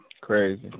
Crazy